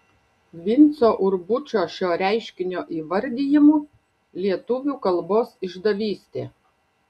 vinco urbučio šio reiškinio įvardijimu lietuvių kalbos išdavystė